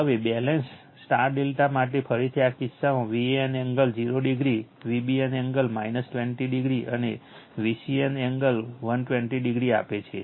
હવે બેલન્સ ∆ માટે ફરીથી આ કિસ્સામાં Van angle 0o Vbn angle 20o અને Vcn એંગલ 120o આપે છે